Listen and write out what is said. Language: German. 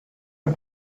ein